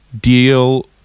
deal